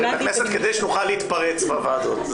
נבחרים לכנסת כדי שנוכל להתפרץ בוועדות.